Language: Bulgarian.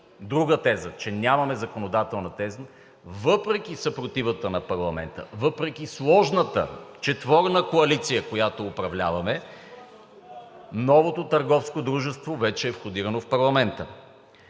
друга теза – че нямаме законодателна дейност. Въпреки съпротивата на парламента, въпреки сложната четворна коалиция, която управляваме, новото търговско дружество вече е входирано в парламента.